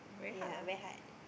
ya very hard